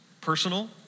personal